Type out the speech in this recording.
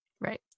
Right